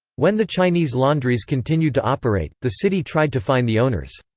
when the chinese laundries continued to operate, the city tried to fine the owners.